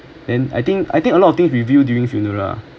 then I think I think a lot of things revealed during funeral ah